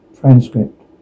Transcript